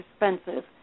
expensive